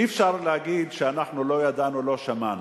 אי-אפשר להגיד שאנחנו לא ידענו, לא שמענו.